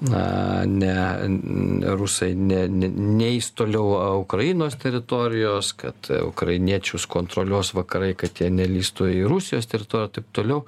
na ne ne rusai ne neis toliau ukrainos teritorijos kad ukrainiečius kontroliuos vakarai kad jie nelįstų į rusijos teritoriją taip toliau